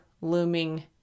looming